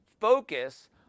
focus